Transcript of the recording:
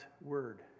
word